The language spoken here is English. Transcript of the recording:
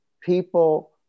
people